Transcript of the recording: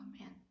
amen